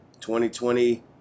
2020